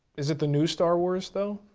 is it the new star wars though?